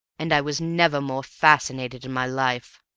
and i was never more fascinated in my life.